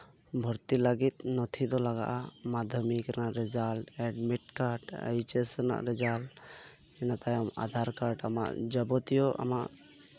ᱵᱷᱚᱨᱛᱤ ᱞᱟᱹᱜᱤᱫ ᱱᱚᱛᱷᱤ ᱫᱚ ᱞᱟᱜᱟᱜᱼᱟ ᱢᱟᱫᱽᱫᱷᱚᱢᱤᱠ ᱨᱮᱭᱟᱜ ᱨᱮᱡᱟᱞᱴ ᱮᱰᱢᱤᱴ ᱠᱟᱨᱰ ᱤᱭᱤᱪᱮᱥ ᱨᱮᱱᱟᱜ ᱨᱮᱡᱟᱞᱴ ᱤᱱᱟᱹᱛᱟᱭᱚᱢ ᱟᱫᱷᱟᱨ ᱠᱟᱨᱰ ᱡᱟᱵᱚᱛᱤᱭᱚ ᱟᱢᱟᱜ